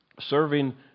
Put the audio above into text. serving